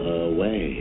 away